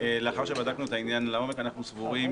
לאחר שבדקנו את העניין לעומק אנחנו סבורים